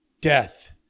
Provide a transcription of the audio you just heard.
death